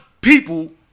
people